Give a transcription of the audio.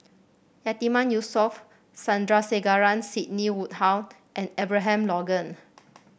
Yatiman Yusof Sandrasegaran Sidney Woodhull and Abraham Logan